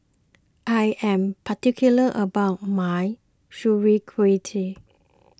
I am particular about my Sauerkrauty